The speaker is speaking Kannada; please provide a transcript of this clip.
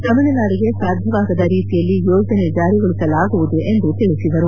ತಮಿಳುನಾಡಿಗೆ ಸಮಸ್ಥೆಯಾಗದ ರೀತಿಯಲ್ಲಿ ಯೋಜನೆ ಜಾರಿಗೊಳಿಸಲಾಗುವುದು ಎಂದು ತಿಳಿಸಿದರು